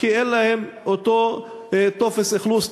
כי אין להם אותו טופס אכלוס,